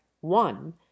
one